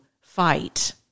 fight